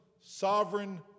sovereign